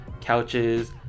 couches